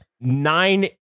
nine